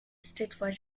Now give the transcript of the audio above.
statewide